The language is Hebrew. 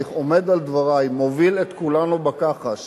ואני עומד על דברי: מוביל את כולנו בכחש